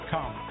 Come